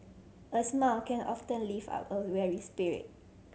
a smile can often lift up a weary spirit